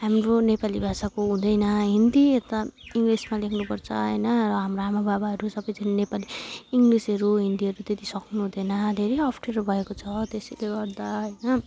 हाम्रो नेपाली भाषाको हुँदैन हिन्दी या त इङ्लिसमा लेख्नुपर्छ हैन र हाम्रो आमाबाबाहरू सबैजना नेपाली इङ्लिसहरू हिन्दीहरू त्यति सक्नु हुँदैन धेरै अप्ठ्यारो भएको छ त्यसैले गर्दा हैन